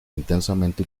intensamente